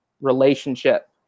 relationship